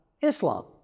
Islam